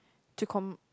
to come